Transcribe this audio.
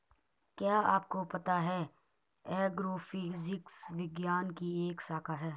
क्या आपको पता है एग्रोफिजिक्स विज्ञान की एक शाखा है?